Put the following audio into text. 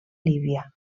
líbia